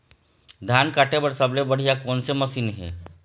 धान काटे बर सबले बढ़िया कोन से मशीन हे?